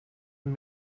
een